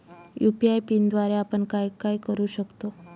UPI पिनद्वारे आपण काय काय करु शकतो?